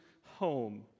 home